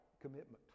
commitment